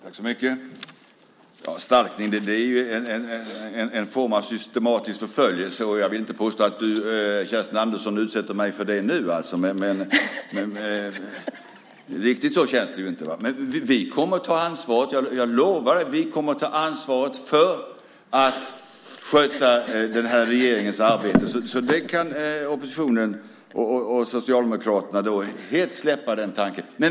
Fru talman! Stalkning är en form av systematisk förföljelse. Jag vill inte påstå att Kerstin Andersson utsätter mig för det nu. Riktigt så känns det inte. Jag lovar att vi kommer att ta ansvar för att sköta den här regeringens arbete. Det kan oppositionen och Socialdemokraterna helt släppa.